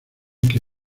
que